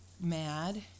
mad